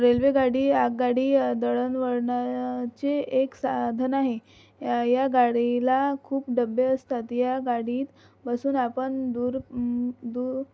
रेल्वेगाडी आगगाडी दळणवळणा चे एक साधन आहे या या गाडीला खूप डबे असतात या गाडीत बसून आपण दूर दू